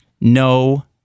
no